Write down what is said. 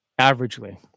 averagely